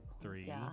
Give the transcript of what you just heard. three